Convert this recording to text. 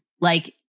like-